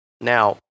Now